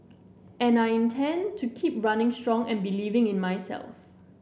and I intend to keep running strong and believing in myself